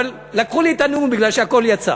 אבל לקחו לי את הנאום בגלל שהכול יצא.